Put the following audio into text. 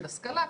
של השכלה,